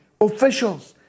officials